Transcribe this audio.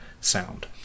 sound